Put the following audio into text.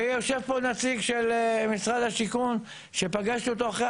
ויושב פה נציג של משרד השיכון שפגשתי אותו אחרי